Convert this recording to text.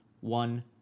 one